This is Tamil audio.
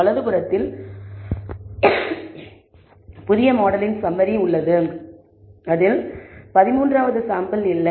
வலதுபுறத்தில் புதிய மாடலின் சம்மரி என்னிடம் உள்ளது அதில் 13 வது சாம்பிள் இல்லை